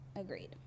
Agreed